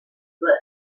slip